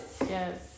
yes